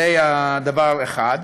זה דבר אחד.